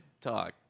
talk